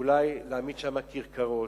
אולי להעמיד שם כרכרות,